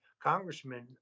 congressman